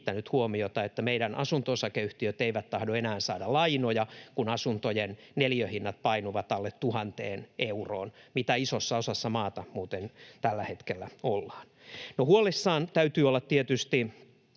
huomiota, että meidän asunto-osakeyhtiöt eivät tahdo enää saada lainoja, kun asuntojen neliöhinnat painuvat alle 1 000 euron, missä isossa osassa maata muuten tällä hetkellä ollaan. No huolissaan täytyy olla tietysti